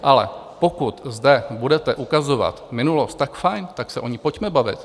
Ale pokud zde budete ukazovat minulost, tak fajn, tak se o ní pojďme bavit.